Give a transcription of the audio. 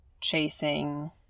chasing